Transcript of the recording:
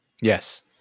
Yes